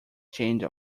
change